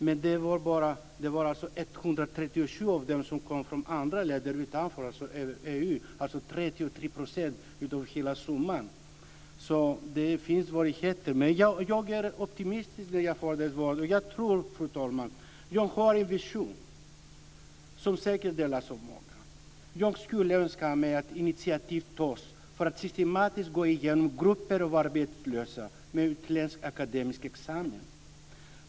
Men det var 137 av dem som kom från andra länder utanför EU, dvs. 33 % av hela summan. Det finns alltså svårigheter. Men jag känner mig optimistisk när jag får det här svaret. Fru talman! Jag har en vision som säkert delas av många. Jag skulle önska mig att initiativ tas för att systematiskt gå igenom grupper av arbetslösa med utländsk akademisk examen.